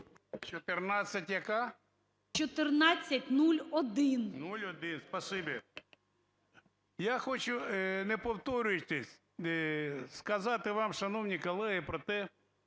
01. Спасибі. Я хочу, не повторюючись, сказати вам, шановні колеги, про те,